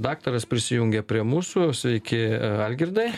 daktaras prisijungė prie mūsų sveiki algirdai